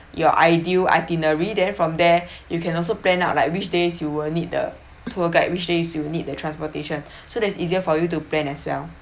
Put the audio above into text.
your ideal itinerary then from there you can also plan out like which days you will need the tour guide which days you need the transportation so that's easier for you to plan as well